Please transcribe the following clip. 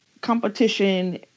competition